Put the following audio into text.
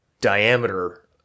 diameter